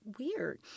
weird